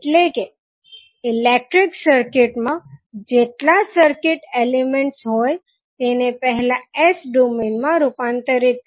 એટલે કે electric circuit માં જેટલા સર્કિટ એલીમેન્ટ્સ હોય તેને પહેલા S ડોમેઇન માં રૂપાંતરિત કરવા